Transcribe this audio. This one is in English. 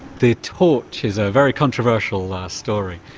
the torch is a very controversial story.